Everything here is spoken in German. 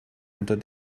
unter